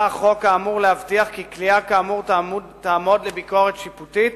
החוק האמור בא להבטיח כי כליאה כאמור תעמוד לביקורת שיפוטית